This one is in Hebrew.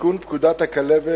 לתיקון פקודת הכלבת